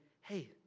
hey